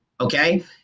Okay